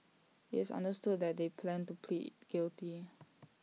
IT is understood that they plan to plead guilty